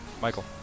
Michael